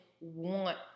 want